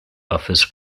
offers